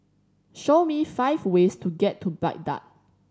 show me five ways to get to Baghdad